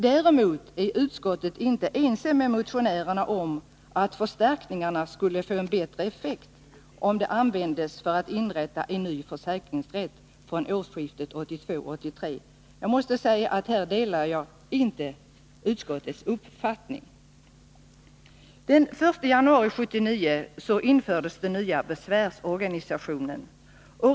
Däremot är utskottet inte ense med motionärerna om att förstärkningarna skulle få en bättre effekt om de användes för att inrätta en ny försäkringsrätt från årsskiftet 1982-1983.” Jag måste säga att jag inte delar utskottets uppfattning. Den 1 januari 1979 infördes den nya besvärsorganisationen.